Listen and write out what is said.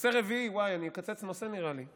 נושא רביעי, וואי, אני אקצץ נושא, נראה לי.